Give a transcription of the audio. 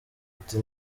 ati